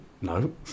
no